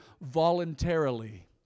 voluntarily